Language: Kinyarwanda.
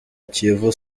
kiyovu